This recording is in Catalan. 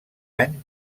any